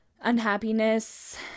unhappiness